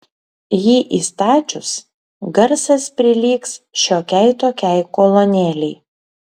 jį įstačius garsas prilygs šiokiai tokiai kolonėlei